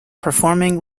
performing